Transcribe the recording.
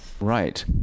Right